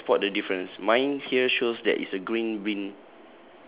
okay I spot the difference mine here shows that it's a green bin